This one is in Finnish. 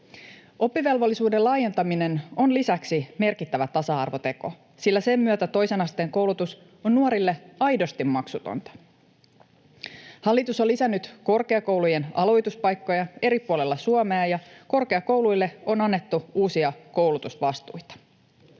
Oppivelvollisuuden laajentaminen on lisäksi merkittävä tasa-arvoteko, sillä sen myötä toisen asteen koulutus on nuorille aidosti maksutonta. Hallitus on lisännyt korkeakoulujen aloituspaikkoja eri puolilla Suomea, ja korkeakouluille on annettu uusia koulutusvastuita.